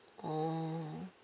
oh